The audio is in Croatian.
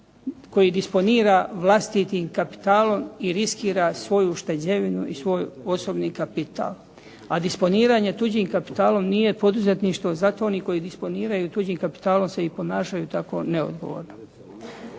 koji disponira vlastitim kapitalom i riskira svoju ušteđevinu i osobni kapital a disponiranje tuđim kapitalom nije poduzetništvo. Zato oni koji disponiraju tuđim kapitalom se i ponašaju tako neodgovorno.